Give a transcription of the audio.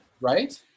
Right